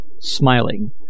smiling